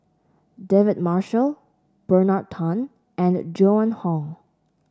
David Marshall Bernard Tan and Joan Hon